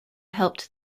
helped